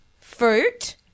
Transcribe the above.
fruit